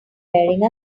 wearing